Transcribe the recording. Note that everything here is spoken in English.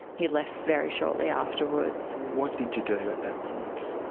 he left very shortly afterwards. what did you do at that point?